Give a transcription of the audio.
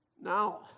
Now